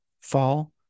fall